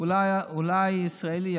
אולי ישראלי,